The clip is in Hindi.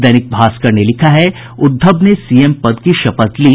दैनिक भास्कर ने लिखा है उद्धव ने सीएम पद की शपथ ली